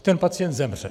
Ten pacient zemře.